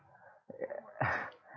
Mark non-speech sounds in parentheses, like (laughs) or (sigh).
(laughs)